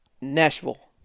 Nashville